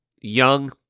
young